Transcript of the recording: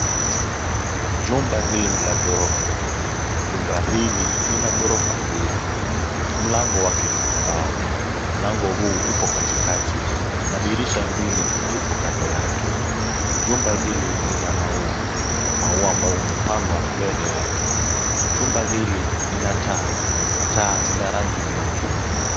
Jumba hili ni la ghorofa. Jumba hili lina ghorofa mbili, mlango wake ni wa mbao, mlango huu upo katikati na dirisha mbili zipo kando yake. Jumba hili lina maua, maua ambao umepandwa mbele yake, chumba hili lina taa, taa ni la rangi nyeupe.